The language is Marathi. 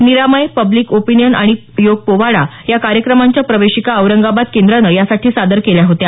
निरामय पब्लिक ओपिनियन आणि योग पोवाडा या कार्यक्रमांच्या प्रवेशिका औरंगाबाद केंद्रानं यासाठी सादर केल्या होत्या